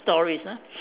stories ah